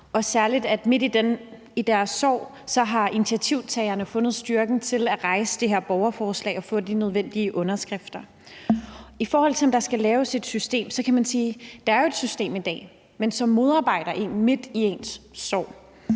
og særlig af, at midt i deres sorg har initiativtagerne fundet styrken til at stille det her borgerforslag og få de nødvendige underskrifter. I forhold til om der skal laves et system, kan man jo sige, at der er et system i dag, men et system, som modarbejder folk midt i deres sorg.